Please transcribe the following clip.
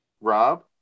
rob